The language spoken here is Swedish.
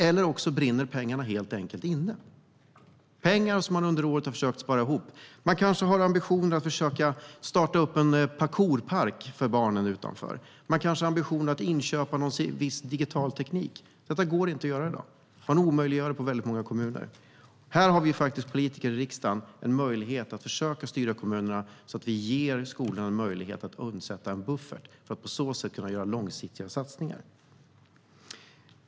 Eller också brinner pengarna helt enkelt inne - pengar som man under året har försökt spara ihop. Man kanske har ambitionen att starta en parkourpark för barnen eller köpa in någon viss digital teknik. Det går inte att göra i dag. Det omöjliggörs i väldigt många kommuner. Här har vi politiker i riksdagen en möjlighet att försöka styra kommunerna så att vi ger skolorna en möjlighet att sätta undan en buffert och på så sätt kunna göra långsiktiga satsningar.